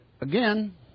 Again